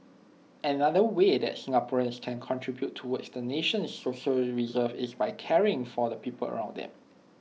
another way that Singaporeans can contribute towards the nation's social reserves is by caring for the people around them